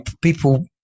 people